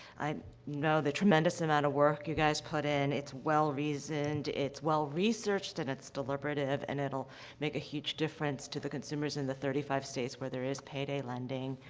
i know the tremendous amount of work you guys put in. it's well-reasoned, it's well-researched, and it's deliberative, and it'll make a huge difference to the consumers in the thirty five states where there is payday lending.